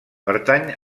pertany